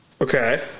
Okay